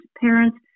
parents